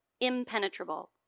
impenetrable